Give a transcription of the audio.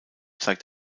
zeigt